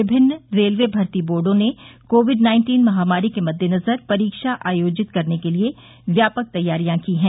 विभिन्न रेलवे भर्ती बोर्डो ने कोविड नाइन्टीन महामारी के मद्देनजर परीक्षा आयोजित करने के लिए व्यापक तैयारी की है